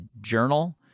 journal